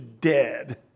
dead